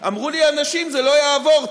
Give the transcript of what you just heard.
אמרו לי אנשים: זה לא יעבור,